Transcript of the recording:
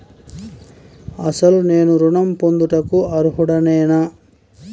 అసలు నేను ఋణం పొందుటకు అర్హుడనేన?